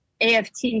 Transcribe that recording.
AFT